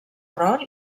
rol